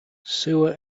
sewer